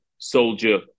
soldier